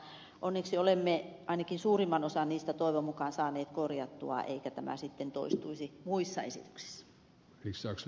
mutta onneksi olemme ainakin suurimman osan niistä toivon mukaan saaneet korjattua eikä tämä sitten toistuisi muissa esityksissä